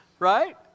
right